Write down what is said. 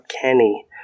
Kenny